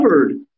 covered